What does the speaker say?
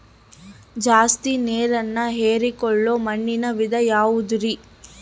ಜಾಸ್ತಿ ನೇರನ್ನ ಹೇರಿಕೊಳ್ಳೊ ಮಣ್ಣಿನ ವಿಧ ಯಾವುದುರಿ?